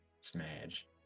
smash